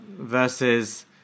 versus